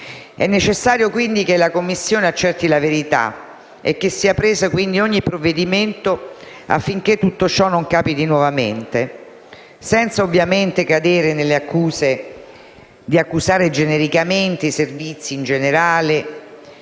necessario che la Commissione accerti la verità e che sia preso ogni provvedimento affinché tutto ciò non capiti nuovamente, senza ovviamente cadere nella tentazione di accusare genericamente i servizi, o i servizi